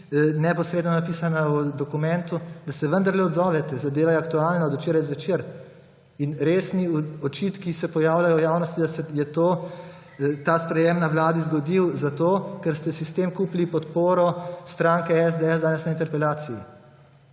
neposredno napisana v dokumentu, vendarle odzovete. Zadeva je aktualna, je od včeraj zvečer. Resni očitki se pojavljajo v javnosti, da se je to sprejetje na Vladi zgodilo zato, ker ste si s tem kupili podporo stranke SDS danes na interpelaciji.